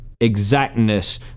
exactness